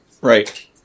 Right